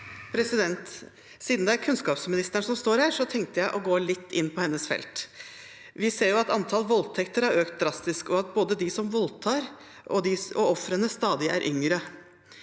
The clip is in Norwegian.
Siden det er kunnskaps- ministeren som står her, tenkte jeg å gå litt inn på hennes felt. Vi ser at antallet voldtekter har økt drastisk, og at både de som voldtar og ofrene stadig er yngre.